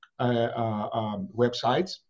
websites